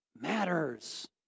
matters